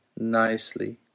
nicely